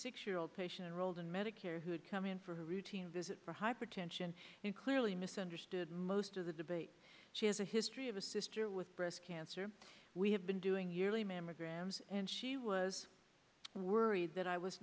six year old patient roldan medicare who had come in for her routine visit for hypertension and clearly misunderstood most of the debate she has a history of a sister with breast cancer we have been doing yearly mammograms and she was worried that i was